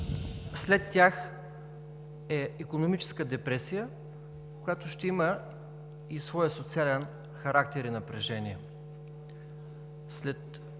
след тях, е икономическа депресия, която ще има своя социален характер и напрежение.